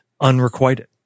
Unrequited